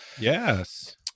Yes